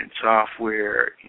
software